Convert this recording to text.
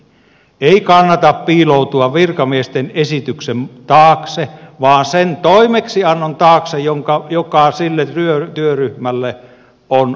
ei kannata piiloutua virkamiesten esityksen taakse vaan sen toimeksiannon taakse joka sille työryhmälle on annettu